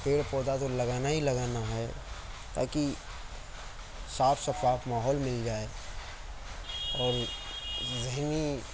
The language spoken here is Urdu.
پیڑ پودا تو لگانا ہی لگانا ہے تاکہ صاف شفاف ماحول مِل جائے اور ذہنی